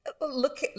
look